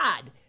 God